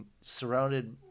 surrounded